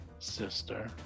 sister